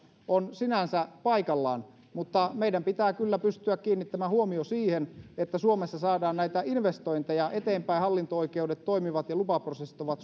on sinänsä paikallaan mutta meidän pitää kyllä pystyä kiinnittämään huomio siihen että suomessa saadaan näitä investointeja eteenpäin hallinto oikeudet toimivat ja lupaprosessit ovat